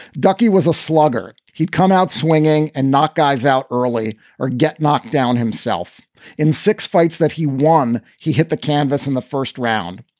ducky was a slugger. he'd come out swinging and knock guys out early or get knocked down himself in six fights that he won. he hit the canvas in the first round.